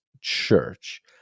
Church